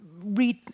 read